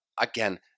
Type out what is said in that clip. again